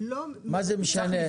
מה זה משנה?